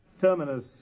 Terminus